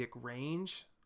range